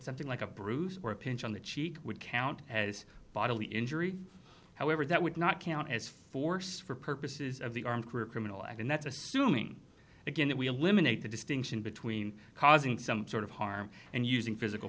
something like a bruise or a pinch on the cheek would count as bodily injury however that would not count as force for purposes of the armed criminal act and that's assuming again that we eliminate the distinction between causing some sort of harm and using physical